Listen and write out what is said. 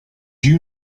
you